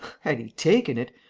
had he taken it!